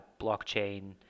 blockchain